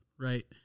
right